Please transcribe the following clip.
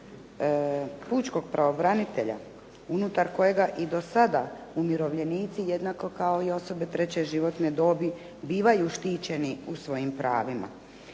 pučkog pravobranitelja unutar kojega i do sada umirovljenici jednako i kao osobe treće životne dobi bivaju štićeni u svojim pravima.